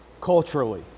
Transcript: culturally